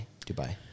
Dubai